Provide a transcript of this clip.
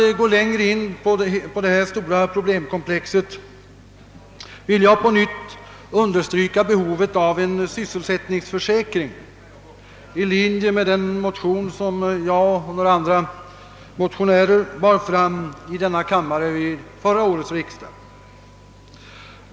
Utan att fördjupa mig i detta stora problemkomplex vill jag understryka behovet av en sysselsättningsförsäkring i linje med den motion som jag tillsammans med några andra motionärer väckte i denna kammare vid förra årets riksdag.